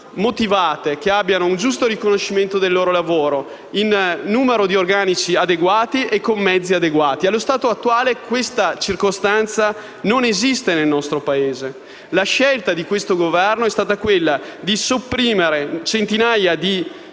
motivate, che abbiano un giusto riconoscimento del loro lavoro con organici e mezzi adeguati. Allo stato attuale questa circostanza non esiste nel nostro Paese. La scelta di questo Governo è stata quella di sopprimere centinaia di